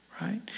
right